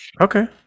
Okay